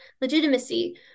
legitimacy